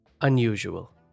Unusual